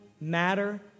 matter